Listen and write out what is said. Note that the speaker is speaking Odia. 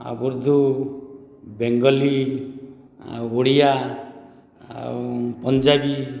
ଆଉ ଉର୍ଦୁ ବେଙ୍ଗଲୀ ଆଉ ଓଡ଼ିଆ ଆଉ ପଞ୍ଜାବୀ